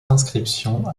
inscription